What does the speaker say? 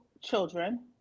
children